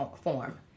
form